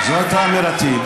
זו הייתה אמירתי.